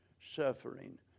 suffering